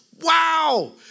wow